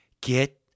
Get